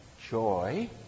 joy